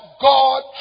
God